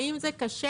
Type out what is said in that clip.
האם זה קשה?